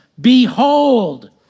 behold